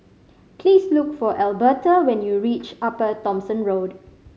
please look for Alberta when you reach Upper Thomson Road